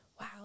wow